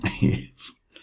Yes